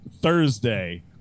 Thursday